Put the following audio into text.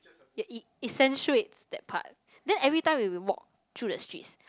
it it ecentuates that part then every time when we walk through the streets